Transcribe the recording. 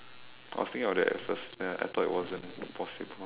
I was thinking of that at first then I thought it wasn't possible